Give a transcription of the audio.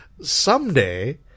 Someday